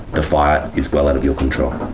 the fire is well out of your control.